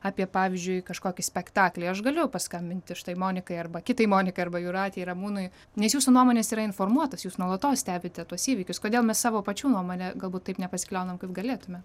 apie pavyzdžiui kažkokį spektaklį aš galiu paskambinti štai monikai arba kitai monikai arba jūratei ramūnui nes jūsų nuomonės yra informuotos jūs nuolatos stebite tuos įvykius kodėl mes savo pačių nuomone galbūt taip nepasikliaunam kaip galėtume